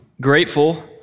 grateful